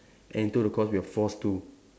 and to the course we are forced to